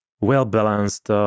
well-balanced